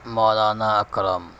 مولانا اکرم